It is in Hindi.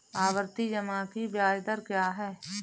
आवर्ती जमा की ब्याज दर क्या है?